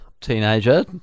teenager